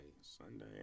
Sunday